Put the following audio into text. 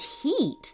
heat